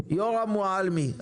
אוחיון,